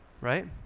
Right